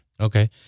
Okay